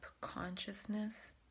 consciousness